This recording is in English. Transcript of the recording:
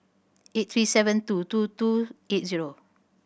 eight three seven two two two eight zero